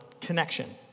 connection